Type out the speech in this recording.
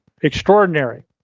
extraordinary